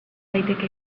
daiteke